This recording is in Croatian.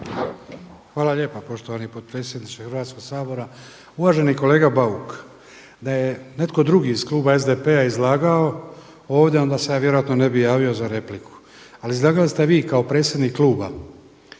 Hvala lijepa poštovani potpredsjedniče Hrvatskoga sabora. Uvaženi kolega Bauk, da je netko drugi iz Kluba SDP-a izlagao ovdje onda se ja vjerojatno ne bi javio za repliku. Ali izlagali ste vi kao predsjednik Kluba.